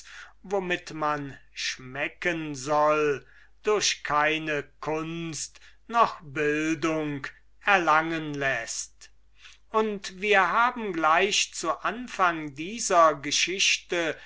womit man schmecken soll durch keine kunst noch bildung erlangen läßt und wir haben gleich zu anfang dieser geschichte